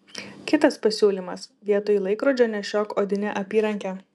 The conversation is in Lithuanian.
kitas pasiūlymas vietoj laikrodžio nešiok odinę apyrankę